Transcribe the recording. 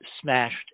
smashed